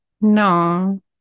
No